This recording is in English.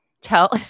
Tell